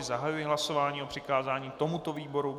Zahajuji hlasování o přikázání tomuto výboru.